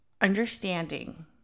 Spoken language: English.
understanding